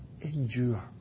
endure